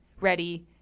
ready